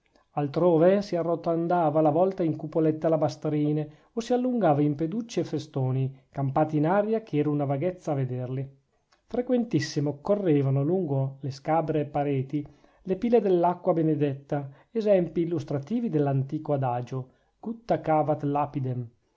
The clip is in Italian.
altrove si arrotondava la vlta in cupolette alabastrine o si allungava in peducci e festoni campati in aria che era una vaghezza a vederli frequentissime occorrevano lungo le scabre pareti le pile dell'acqua benedetta esempi illustrativi dell'antico adagio gutta cavat lapidem